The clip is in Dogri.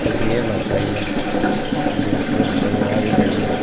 छुट्टियें च नंद आई जंदा पंज छुट्टियां होंदियां पूजा हालीडेज दियां